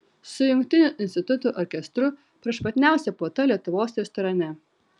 su jungtiniu institutų orkestru prašmatniausia puota lietuvos restorane